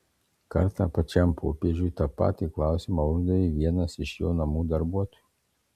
kartą pačiam popiežiui tą patį klausimą uždavė vienas iš jo namų darbuotojų